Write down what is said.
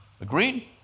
agreed